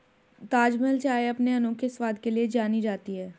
ताजमहल चाय अपने अनोखे स्वाद के लिए जानी जाती है